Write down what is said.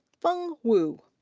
feng wu.